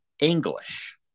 English